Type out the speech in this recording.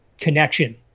connection